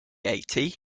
eighty